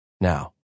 now